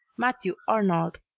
matthew arnold,